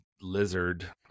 lizard